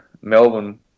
Melbourne